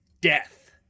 death